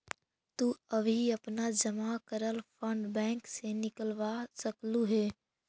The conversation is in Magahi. तु कभी अपना जमा करल फंड बैंक से निकलवा सकलू हे